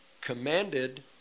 commanded